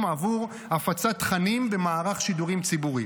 עבור הפצת תכנים במערך שידורים ציבורי.